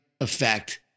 effect